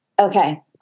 Okay